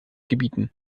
gebieten